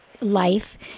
life